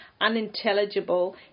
unintelligible